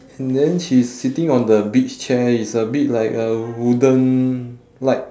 and then she's sitting on the beach chair it's a bit like uh wooden like